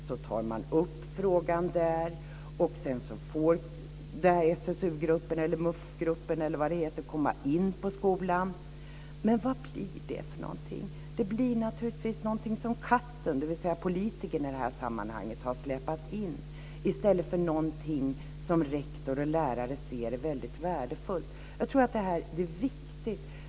Så tar man upp frågan där, och sedan får SSU-gruppen eller MUF-gruppen komma in på skolan. Men vad blir det för någonting? Det blir naturligtvis någonting som katten, dvs. politikern i detta sammanhang, har släpat in, i stället för någonting som rektor och lärare ser som väldigt värdefullt. Jag tror att detta är viktigt.